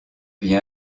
vie